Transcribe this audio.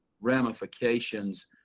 ramifications